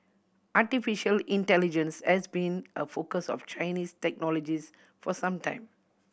artificial intelligence has been a focus of Chinese technologists for some time